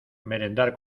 merendar